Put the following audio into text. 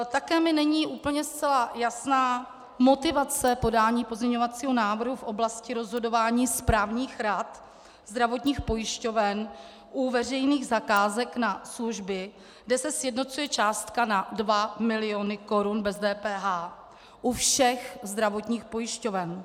Také mi není úplně zcela jasná motivace podání pozměňovacího návrhu v oblasti rozhodování správních rad zdravotních pojišťoven u veřejných zakázek na služby, kde se sjednocuje částka na 2 miliony korun bez DPH u všech zdravotních pojišťoven.